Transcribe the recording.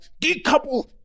decouple